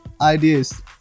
Ideas